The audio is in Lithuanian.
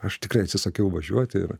aš tikrai atsisakiau važiuoti ir